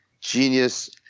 genius